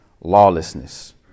lawlessness